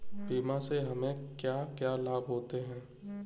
बीमा से हमे क्या क्या लाभ होते हैं?